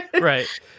Right